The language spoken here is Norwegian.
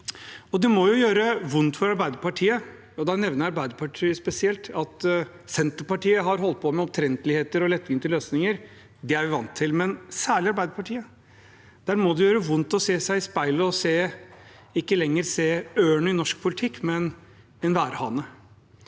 Det må gjøre vondt for Arbeiderpartiet – og da nevner jeg Arbeiderpartiet spesielt – at Senterpartiet har holdt på med omtrentligheter og lettvinte løsninger. Det er vi vant til, men særlig for Arbeiderpartiet må det gjøre vondt å se seg i speilet og ikke lenger se ørnen i norsk politikk, men en værhane.